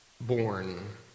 born